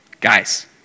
guys